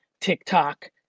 TikTok